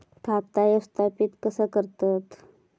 खाता व्यवस्थापित कसा करतत?